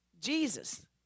Jesus